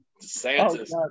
Santos